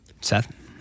Seth